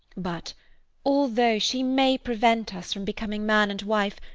but although she may prevent us from becoming man and wife,